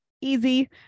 easy